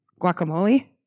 guacamole